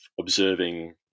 observing